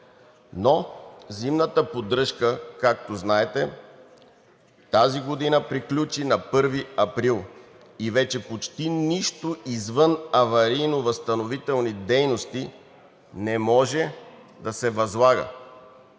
Но зимната поддръжка, както знаете, тази година приключи на 1 април и вече почти нищо извън аварийно-възстановителни дейности не може да се възлага.